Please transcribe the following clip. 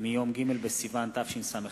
מיום ג' בסיוון התשס"ט,